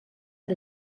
per